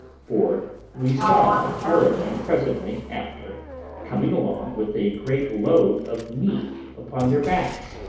for we saw four of them presently after coming along with a great load of meat upon their backs.